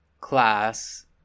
class